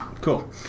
cool